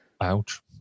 ouch